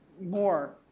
more